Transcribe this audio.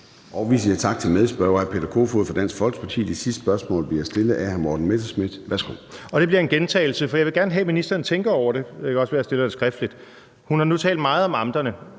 Vi siger tak til medspørger hr. Peter Kofod fra Dansk Folkeparti. Det sidste spørgsmål bliver stillet af hr. Morten Messerschmidt. Værsgo. Kl. 13:59 Morten Messerschmidt (DF): Det bliver en gentagelse, for jeg vil gerne have, at ministeren tænker over det. Det kan også være, at jeg stiller spørgsmålet skriftligt. Hun har nu talt meget om amterne.